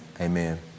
Amen